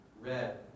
red